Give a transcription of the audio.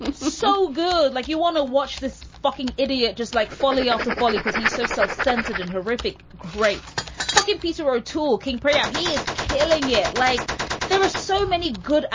so good. like you want to watch this fucking idiot just like foley after foley because he's so self-centered and horrific. great fucking piece. you were talking preamp. he is killing it like there are so many good